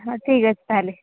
ହଁ ଠିକ ଅଛି ତାହେଲେ